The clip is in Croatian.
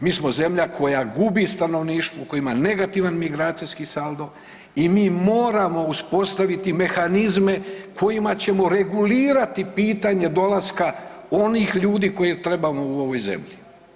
Mi smo zemlja koja gubi stanovništvo, koja ima negativni migracijski saldo i mi moramo uspostaviti mehanizme kojima ćemo regulirati pitanje dolaska onih ljudi koje trebamo u ovoj zemlji.